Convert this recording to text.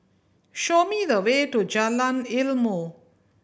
show me the way to Jalan Ilmu